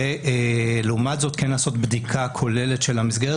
ולעומת זאת כן לעשות בדיקה כוללת של המסגרת